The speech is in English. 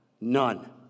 None